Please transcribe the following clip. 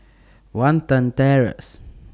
Watten Terrace